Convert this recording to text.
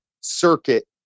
circuit